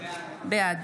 בעד